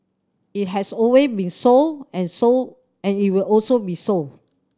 it has always been so and so and it will also be so